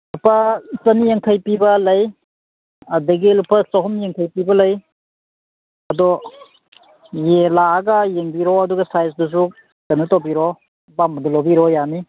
ꯂꯨꯄꯥ ꯆꯥꯅꯤ ꯌꯥꯡꯈꯩ ꯄꯤꯕ ꯂꯩ ꯑꯗꯒꯤ ꯂꯨꯄꯥ ꯆꯍꯨꯝ ꯌꯥꯡꯈꯩ ꯄꯤꯕ ꯂꯩ ꯑꯗꯣ ꯂꯥꯛꯂꯒ ꯌꯦꯡꯕꯤꯔꯣ ꯁꯥꯏꯖꯇꯨꯁꯨ ꯀꯩꯅꯣ ꯇꯧꯕꯤꯔꯣ ꯑꯄꯥꯝꯕꯗꯣ ꯂꯧꯕꯤꯔꯣ ꯌꯥꯅꯤ